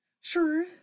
Sure